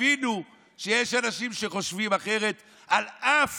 תבינו שיש אנשים שחושבים אחרת, על אף